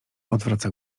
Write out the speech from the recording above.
odwraca